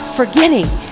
forgetting